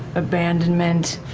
abandonment.